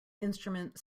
instrument